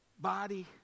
body